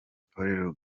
polly